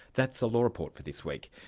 that's the law report for this week.